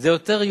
זה יותר יקר.